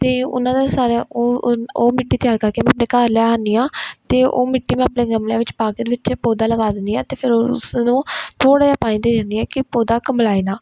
ਅਤੇ ਉਹਨਾਂ ਦਾ ਸਾਰਾ ਉਹ ਉਹ ਮਿੱਟੀ ਤਿਆਰ ਕਰਕੇ ਮੈਂ ਆਪਣੇ ਘਰ ਲੈ ਆਉਂਦੀ ਹਾਂ ਅਤੇ ਉਹ ਮਿੱਟੀ ਮੈਂ ਆਪਣੇ ਗਮਲਿਆ ਵਿੱਚ ਪਾ ਕੇ ਉਹਦੇ ਵਿੱਚ ਪੌਦਾ ਲਗਾ ਦਿੰਦੀ ਹਾਂ ਅਤੇ ਫਿਰ ਉਸ ਨੂੰ ਥੋੜ੍ਹਾ ਜਿਹਾ ਪਾਣੀ ਦੇ ਦਿੰਦੀ ਹਾਂ ਕਿ ਪੌਦਾ ਕੁਮਲਾਏ ਨਾ